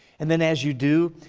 and then as you do,